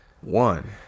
One